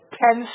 ten